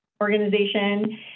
organization